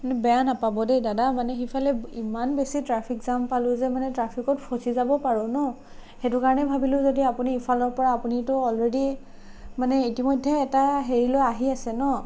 বেয়া নাপাব দেই দাদা মানে সেইফালে ইমান বেছি ট্ৰেফিক জাম পালোঁ যে মানে ট্ৰেফিকত ফ'চি যাব পাৰোঁ ন' সেইটো কাৰণে ভাবিলোঁ যদি আপুনি এইফালৰ পৰা আপুনিটো অলৰেডী মানে ইতিমধ্যে এটা হেৰিলৈ আহি আছে ন'